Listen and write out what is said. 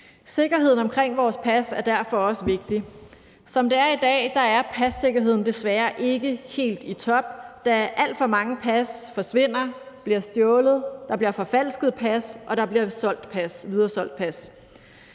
Sikkerheden omkring vores pas er derfor også vigtig. Som det er i dag, er passikkerheden desværre ikke helt i top, da alt for mange pas forsvinder, bliver stjålet, og der bliver forfalsket og videresolgt pas.